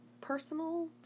personal